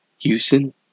Houston